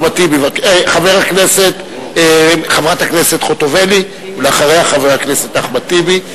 חברת הכנסת חוטובלי, ואחריה, חבר הכנסת אחמד טיבי.